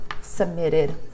submitted